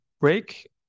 break